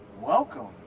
welcome